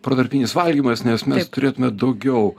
protarpinis valgymas nes mes turėtumėm daugiau